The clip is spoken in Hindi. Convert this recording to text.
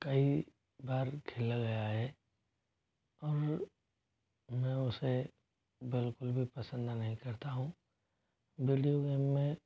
कई बार खेला गया है और मैं उसे बिल्कुल भी पसंद नहीं करता हूँ वीडियो गेम में